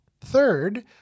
Third